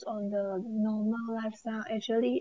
on the normal lifestyle actually